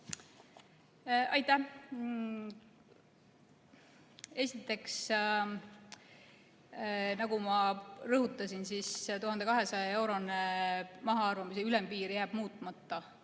Aitäh! Esiteks, nagu ma rõhutasin, 1200‑eurone mahaarvamise ülempiir jääb muutmata.